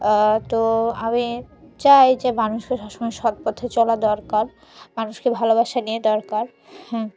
তো আমি চাই যে মানুষকে সবসময় সৎ পথে চলা দরকার মানুষকে ভালোবাসা নিয়ে দরকার হ্যাঁ